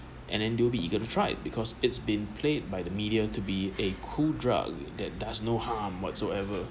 and then they will be eager to try because it's been played by the media to be a cool drug that does no harm whatsoever